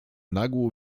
nagłą